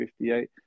58